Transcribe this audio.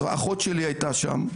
אחות שלי הייתה שם,